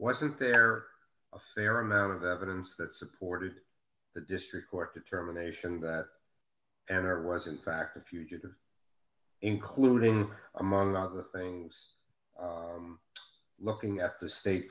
wasn't there a fair amount of evidence that supported the district court determination and or was in fact a fugitive including among other things looking at the state